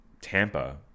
Tampa